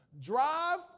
Drive